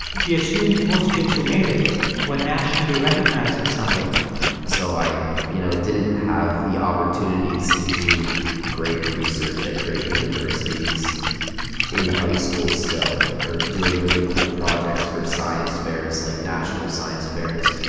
he assumed most kids who made it were nationally recognized in some way so i, you know, didn't have the opportunities to do great research at great universities in high school still, or doing really cool projects for science fairs, like, national science fairs.